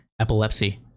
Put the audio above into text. epilepsy